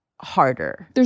harder